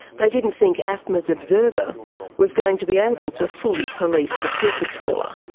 they didn't think afma's observer was going to be able to fully police the super trawler.